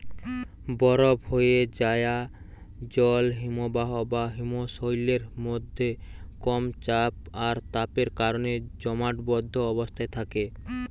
বরফ হোয়ে যায়া জল হিমবাহ বা হিমশৈলের মধ্যে কম চাপ আর তাপের কারণে জমাটবদ্ধ অবস্থায় থাকে